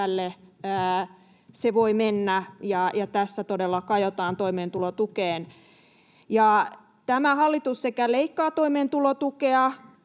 se voi mennä — ja tässä todella kajotaan toimeentulotukeen. Tämä hallitus sekä leikkaa toimeentulotukea